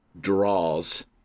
draws